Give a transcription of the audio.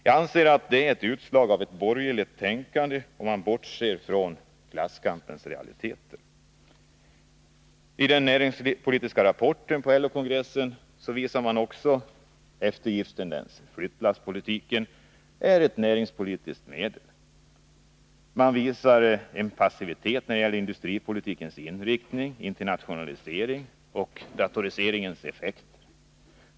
Jag anser att det är ett utslag av borgerligt tänkande och att man bortser från klasskampens realiteter. I den näringspolitiska rapporten till LO-kongressen visades också tendenser till eftergifter. Flyttlasspolitiken är ett näringspolitiskt medel, sades det. Man visade passivitet när det gällde industripolitikens inriktning, internationalisering och datoriseringens effekter.